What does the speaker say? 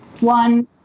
One